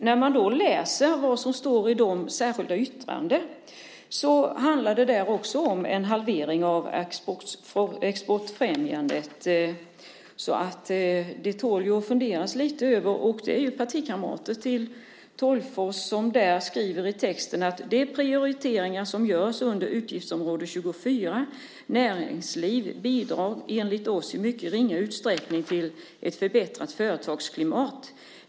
När jag läser vad som står i de särskilda yttrandena handlar det där också om en halvering av exportfrämjandet. Det tål att fundera lite över. Det är partikamrater till Tolgfors som skriver så här i texten: "De prioriteringar som görs under utgiftsområde 24 Näringsliv bidrar, enligt oss, i mycket ringa utsträckning till ett förbättrat företagsklimat.